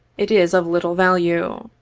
it is of little value.